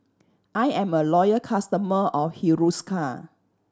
I am a loyal customer of Hiruscar